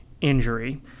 injury